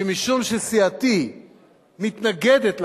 שמשום שסיעתי מתנגדת לחוק,